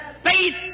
faith